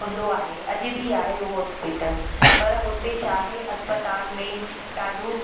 हूंदो आहे अॼ बि आए उहो हॉस्पिटल पर हुते छा आहे अस्पताल में ॾाढो